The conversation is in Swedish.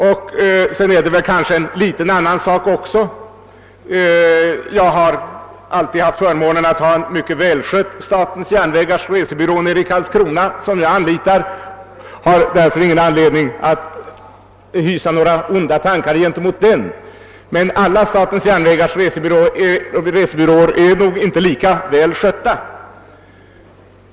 Vidare är det en annan sak. Jag har alltid haft förmånen att kunna anlita en mycket välskött statens järnvägars resebyrå nere i Karlskrona och har därför ingen anledning att hysa några onda tankar gentemot den. Men alla statens järnvägars resebyråer är nog inte lika väl skötta.